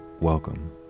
welcome